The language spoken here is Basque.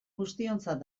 guztiontzat